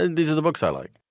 and these are the books i like.